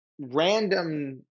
random